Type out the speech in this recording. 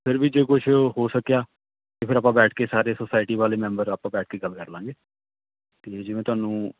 ਫਿਰ ਵੀ ਜੇ ਕੁਛ ਹੋ ਸਕਿਆ ਤਾਂ ਫਿਰ ਆਪਾਂ ਬੈਠ ਕੇ ਸਾਰੇ ਸੋਸਾਇਟੀ ਵਾਲੇ ਮੈਂਬਰ ਆਪ ਬੈਠ ਕੇ ਗੱਲ ਕਰ ਲਾਂਗੇ ਠੀਕ ਹੈ ਜਿਵੇਂ ਤੁਹਾਨੂੰ